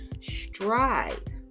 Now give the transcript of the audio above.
stride